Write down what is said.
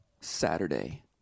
Saturday